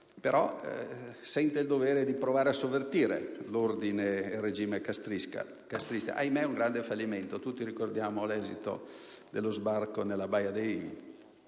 però sentì il dovere di provare a sovvertire l'ordine e il regime castrista: ahimè, un grande fallimento. Tutti ricordiamo l'esito dello sbarco nella Baia dei